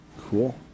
Cool